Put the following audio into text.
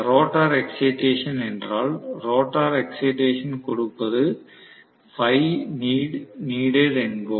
rotor கிளர்ச்சி என்றால் rotor excitation கொடுப்பது Φneeded என்போம்